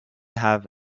have